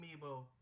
Amiibo